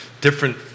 different